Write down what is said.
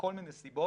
מכל מיני סיבות,